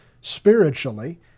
spiritually